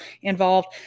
involved